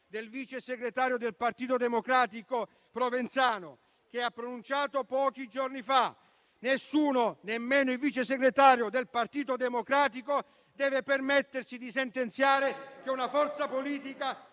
del vice segretario del Partito Democratico Provenzano, che si è pronunciato pochi giorni fa. Nessuno - nemmeno il vice segretario del Partito Democratico - deve permettersi di sentenziare che una forza politica